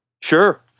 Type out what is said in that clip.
sure